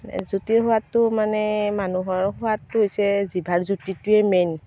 জুতিৰ সোৱাদটো মানে মানুহৰ সোৱাদটো হৈছে জিভাৰ জুতিটোৱে মেইন